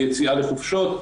ליציאה לחופשות,